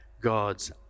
God's